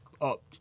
up